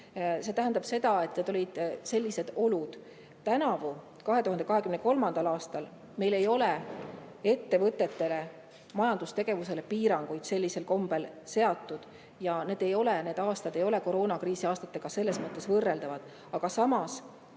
See tähendab seda, et olid sellised olud. Tänavu ja 2023. aastal ei ole meil ettevõtete majandustegevusele piiranguid sellisel kombel seatud. Need aastad ei ole koroonakriisi aastatega selles mõttes võrreldavad. Aga samas